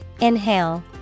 Inhale